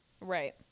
Right